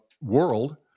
world